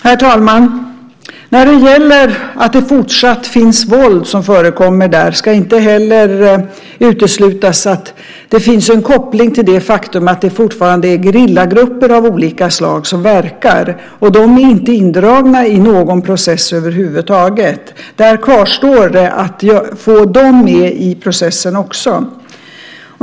Herr talman! När det gäller att det fortsatt förekommer våld där ska det inte heller uteslutas att det finns en koppling till det faktum att det fortfarande är gerillagrupper av olika slag som verkar där. De är inte indragna i någon process över huvud taget. Där kvarstår det att få dem med i processen också.